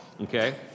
okay